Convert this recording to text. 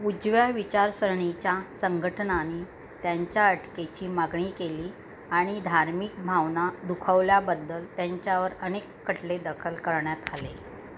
उजव्या विचारसरणीच्या संघटनांनी त्यांच्या अटकेची मागणी केली आणि धार्मिक भावना दुखावल्याबद्दल त्यांच्यावर अनेक खटले दाखल करण्यात आले